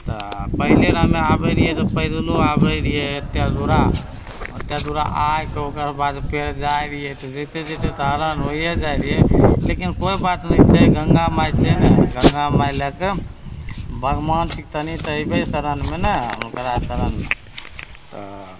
तऽ पहिले हमे आर आबे रहिए तऽ पैदलो आबे रहिए ओतेक दूरा ओत्ते दूरा आइके ओकर बाद फेर जाइ रहिए तऽ जइते जइते तऽ हैरान होइए जाइ रहिए लेकिन कोइ बात नहि छै गङ्गा माइ छै ने गङ्गा माइ लैके भगबान छथिन तऽ अयबै शरणमे ने ओकरा शरणमे तऽ